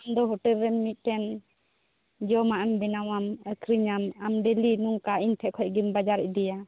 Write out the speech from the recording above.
ᱟᱢᱫᱚ ᱦᱳᱴᱮᱞ ᱨᱮᱱ ᱢᱤᱫᱴᱮᱱ ᱡᱚᱢᱟᱜ ᱮᱢ ᱵᱮᱱᱟᱣᱟᱢ ᱟᱠᱷᱨᱤᱧᱟᱢ ᱟᱢ ᱰᱮᱞᱤ ᱱᱚᱝᱠᱟ ᱤᱧᱴᱷᱮᱱ ᱠᱷᱚᱱ ᱜᱮᱢ ᱵᱟᱡᱟᱨ ᱤᱫᱤᱭᱟ